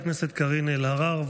חברת הכנסת קארין אלהרר,